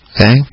Okay